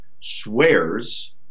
swears